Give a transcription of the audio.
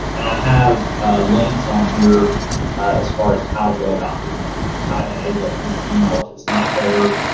and i have links on here as far as how to go about doing that. how to enable it through your email, if it's not there,